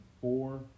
four